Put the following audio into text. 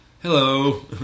hello